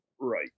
Right